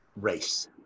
race